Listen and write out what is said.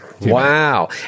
Wow